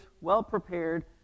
well-prepared